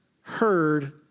heard